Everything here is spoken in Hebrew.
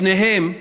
שניהם,